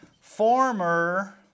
former